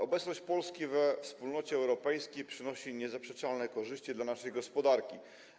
Obecność Polski we Wspólnocie Europejskiej przynosi niezaprzeczalne korzyści dla naszej gospodarki.